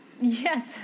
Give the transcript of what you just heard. Yes